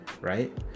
Right